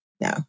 No